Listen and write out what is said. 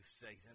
Satan